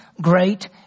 great